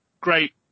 great